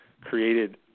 created